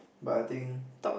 but I think